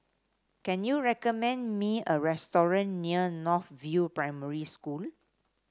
can you recommend me a restaurant near North View Primary School